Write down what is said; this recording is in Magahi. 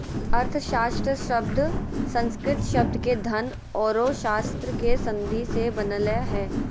अर्थशास्त्र शब्द संस्कृत शब्द के धन औरो शास्त्र के संधि से बनलय हें